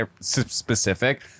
specific